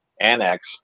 annex